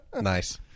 Nice